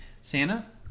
Santa